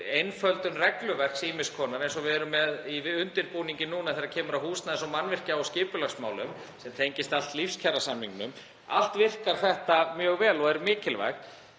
einföldun regluverks ýmiss konar, eins og við erum með í undirbúningi þegar kemur að húsnæðis-, mannvirkja- og skipulagsmálum, sem tengist allt lífskjarasamningunum. Allt virkar þetta mjög vel og er mikilvægt.